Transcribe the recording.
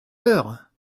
heures